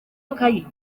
ikayi